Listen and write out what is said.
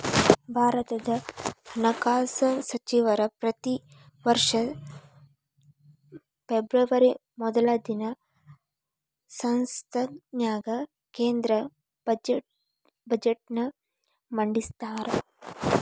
ಭಾರತದ ಹಣಕಾಸ ಸಚಿವರ ಪ್ರತಿ ವರ್ಷ ಫೆಬ್ರವರಿ ಮೊದಲ ದಿನ ಸಂಸತ್ತಿನ್ಯಾಗ ಕೇಂದ್ರ ಬಜೆಟ್ನ ಮಂಡಿಸ್ತಾರ